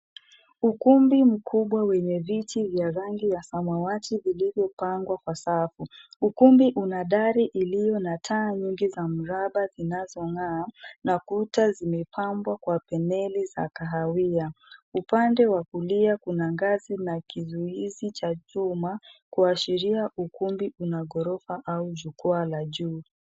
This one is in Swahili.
Ukumbi mkubwa wenye viti vya rangi ya samawati vilivyopangwa kwa safu. Ukumbi una dari iliyo na taa nyingi za mraba zinazongaa na kuta zimepambwa kwa paneli za kahawia. Upande wa kulia kuna ngazi na kizuizi cha chuma kuashiria ukumbi una gorofa au jukwaa la juu.